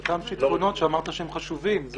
אלה אותם שיטפונות שאמרת שהם חשובים.